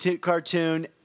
cartoon